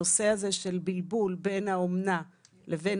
הנושא הזה של בלבול בין האומנה לבין